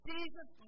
Jesus